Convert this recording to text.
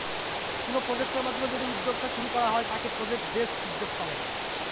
কোনো প্রজেক্টের মাধ্যমে যদি উদ্যোক্তা শুরু করা হয় তাকে প্রজেক্ট বেসড উদ্যোক্তা বলে